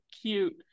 cute